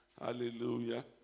hallelujah